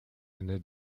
ende